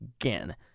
again